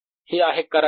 हे आहे करंट